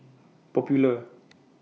Popular